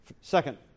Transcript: Second